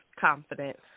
confident